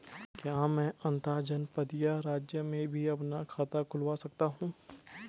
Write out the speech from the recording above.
क्या मैं अंतर्जनपदीय राज्य में भी अपना खाता खुलवा सकता हूँ?